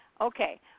Okay